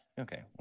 Okay